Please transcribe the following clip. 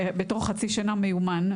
תוך חצי שנה הוא מיומן,